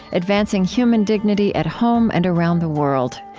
advancing human dignity at home and around the world.